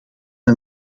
een